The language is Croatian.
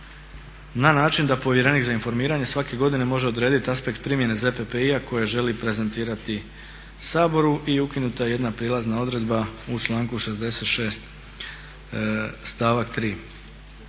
na način da povjerenik za informiranje svake godine može odrediti aspekt primjene ZPPI-a koje želi prezentirati Saboru. Ukinuta je jedna prijelazna odredba u članku 66. stavak 3.